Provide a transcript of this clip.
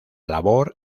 labor